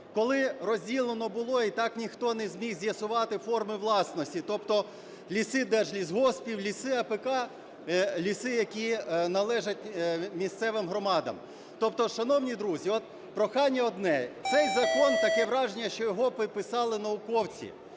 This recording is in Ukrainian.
коли розділено було, і так ніхто не зміг з'ясувати форми власності, тобто ліси держлісгоспів, ліси АПК, ліси, які належать місцевим громадам. Тобто, шановні друзі, прохання одне. Цей закон, таке враження, що його писали науковці,